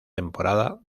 temporada